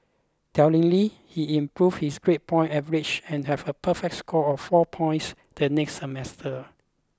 tellingly he improved his grade point average and had a perfect score of four points the next semester